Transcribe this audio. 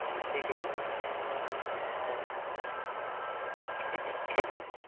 ठीक है भैया